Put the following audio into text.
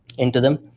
into them.